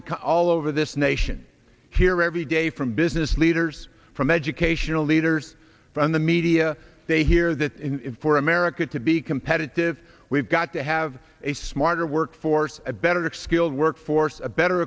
car all over this nation hear every day from business leaders from educational leaders from the media they hear that for america to be competitive we've got to have a smarter workforce a better tax killed workforce a better